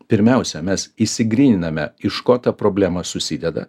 pirmiausia mes išsigryniname iš ko ta problema susideda